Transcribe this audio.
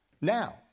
now